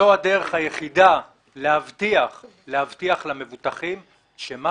הדרך היחידה להבטיח למבוטחים שמה